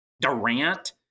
Durant